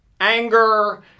anger